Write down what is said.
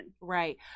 right